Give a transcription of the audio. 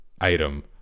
item